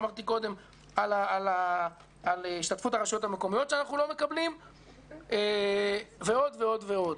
על השתתפות הרשויות המקומיות שאנחנו לא מקבלים ועוד ועוד.